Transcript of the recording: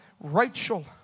Rachel